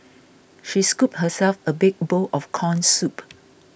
she scooped herself a big bowl of Corn Soup